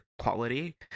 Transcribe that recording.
quality